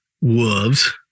wolves